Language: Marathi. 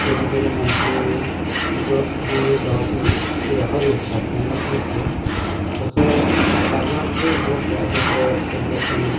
जेणेकरून आमचे पिकं हे गावातील जे व्यापारी असतात त्यांनाच विकतो तसं बाजार लई उपलब्ध आहे जसं पंचायत समि